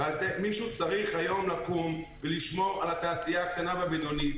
מישהו היום צריך לקום ולשמור על התעשייה הקטנה והבינונית